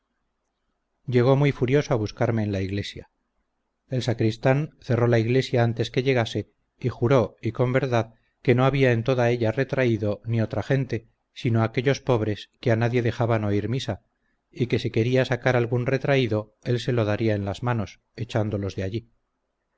llegó muy furioso a buscarme en la iglesia el sacristán cerró la iglesia antes que llegase y juró y con verdad que no había en toda ella retraído ni otra gente sino aquellos pobres que a nadie dejaban oír misa y que si quería sacar algún retraído él se lo daría en las manos echándolos de allí